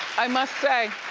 i must say,